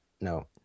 No